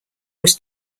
was